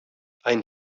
ein